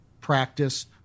practice